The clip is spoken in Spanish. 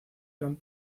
eran